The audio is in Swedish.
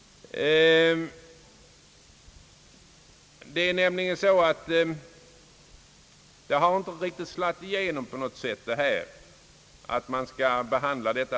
Den uppfattningen att denna fråga bör prövas litet generöst har nämligen knappast slagit igenom på något sätt.